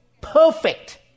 perfect